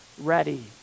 ready